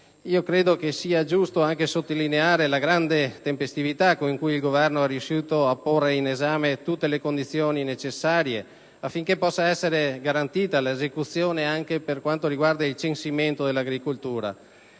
Credo che sia giusto anche sottolineare la grande tempestività con cui il Governo è riuscito a porre in essere tutte le condizioni necessarie affinché possa essere garantita l'esecuzione anche per quanto riguarda il censimento dell'agricoltura,